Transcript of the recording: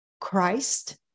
Christ